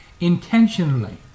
intentionally